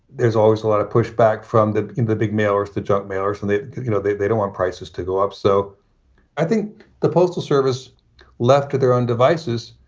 there's always a lot of pushback from the the big mail or the junk mail or so they you know, they they don't want prices to go up. so i think the postal service left to their own devices.